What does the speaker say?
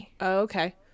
okay